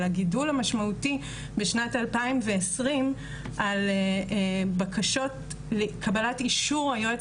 על הגידול המשמעותי בשנת 2020 על בקשות לקבלת אישור היועץ